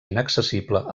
inaccessible